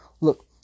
look